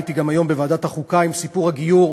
הייתי גם היום בוועדת החוקה, עם סיפור הגיור.